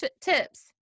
tips